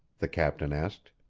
the captain asked.